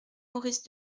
maurice